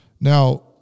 Now